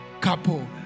couple